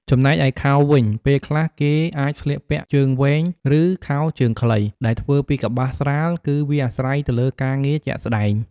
ចំំណែកឯខោវិញ ពេលខ្លះគេអាចស្លៀកខោជើងវែង ឬ ខោជើងខ្លីដែលធ្វើពីកប្បាសស្រាល គឺវាអាស្រ័យទៅលើការងារជាក់ស្ដែង។